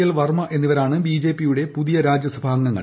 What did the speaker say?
L Varma എന്നിവരാണ് ബിജെപിയുടെ പുതിയ രാ്ജ്യ്സഭാ അംഗങ്ങൾ